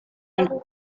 and